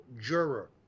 juror